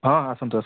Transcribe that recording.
ହଁ ହଁ ଆସନ୍ତୁ ଆସନ୍ତୁ